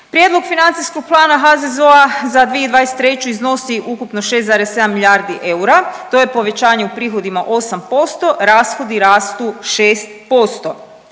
Prijedlog financijskog plana HZZO-a za 2023. iznosi ukupno 6,7 milijardi eura, to je povećanje u prihodima 8%. Rashodi rastu 6%.